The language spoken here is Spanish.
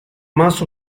más